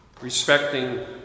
Respecting